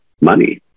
money